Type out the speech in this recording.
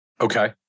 Okay